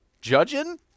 judging